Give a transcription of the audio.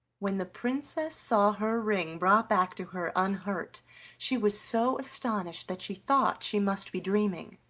when the princess saw her ring brought back to her unhurt she was so astonished that she thought she must be dreaming.